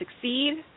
succeed